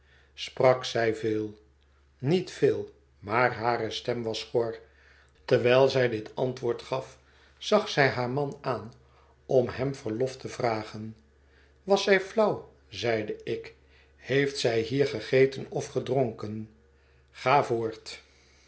sprak zij veel niet veel maar hare stem wa s schor terwijl z ij dit antwoord gaf zag zij haar man aan om hem verlof te vragen was zij flauw zeide ik heeft zij hier gegeten of gedronken ga voort